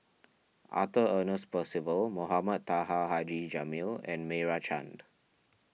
Arthur Ernest Percival Mohamed Taha Haji Jamil and Meira Chand